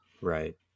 Right